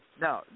No